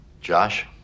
Josh